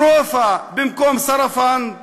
צרופה במקום סרפנד